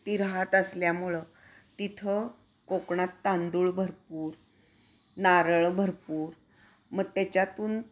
ती राहत असल्यामुळं तिथं कोकणात तांदूळ भरपूर नारळ भरपूर म त्याच्यातून